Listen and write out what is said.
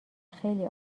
خیلی